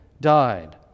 died